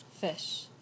Fish